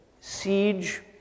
siege